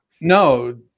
No